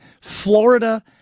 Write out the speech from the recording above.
Florida